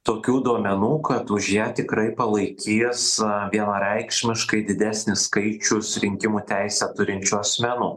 tokių duomenų kad už ją tikrai palaikys vienareikšmiškai didesnis skaičius rinkimų teisę turinčių asmenų